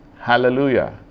Hallelujah